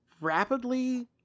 rapidly